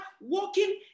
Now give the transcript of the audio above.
walking